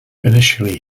initially